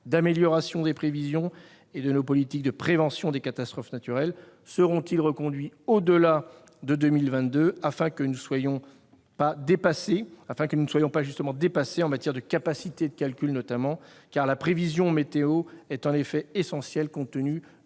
d'amélioration des prévisions et de prévention des catastrophes naturelles, seront-ils reconduits au-delà de 2022, afin que nous ne soyons pas très vite dépassés en matière de capacités de calcul notamment ? La prévision météorologique est essentielle, compte tenu